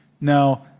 Now